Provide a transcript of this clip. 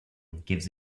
gives